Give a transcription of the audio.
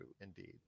indeed